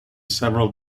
several